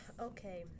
Okay